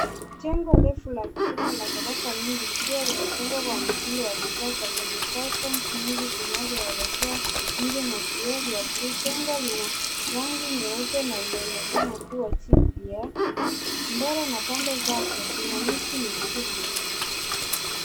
Jengo refu la kisasa la ghorofa nyingi likiwa limejengwa kwa mtindo wa kisasa wenye balconies nyingi zinazoelekea nje na vioo vya bluu .Jengo lina rangi nyeupe na inaonekana kuwa jipya . Mbele na pande zake kuna miti mikubwa .